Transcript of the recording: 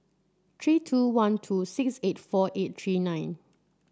three two one two six eight four eight three nine